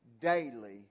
daily